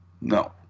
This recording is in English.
No